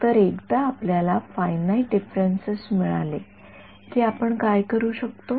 तर एकदा आपल्याला फायनाईट डीफ्रन्सेस मिळाले की आपण काय करू शकतो